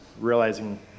realizing